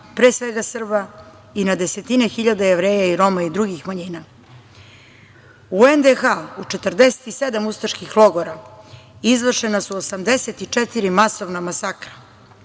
pre svega Srba i na desetine hiljada Jevreja i Roma i drugih manjina.U NDH u 47 ustaških logora izvršena su 84 masovna masakra,